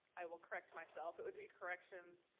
i will correct myself. it would be corrections,